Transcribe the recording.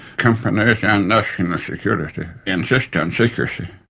companies and national security insist on secrecy.